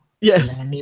Yes